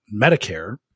Medicare